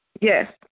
Yes